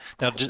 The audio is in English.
Now